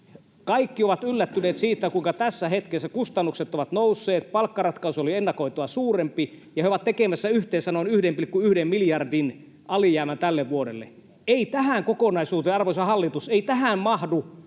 kaikki ovat yllättyneet, kuinka tässä hetkessä kustannukset ovat nousseet — palkkaratkaisu oli ennakoitua suurempi, ja he ovat tekemässä yhteensä noin 1,1 miljardin alijäämän tälle vuodelle. Ei tähän kokonaisuuteen, arvoisa hallitus, mahdu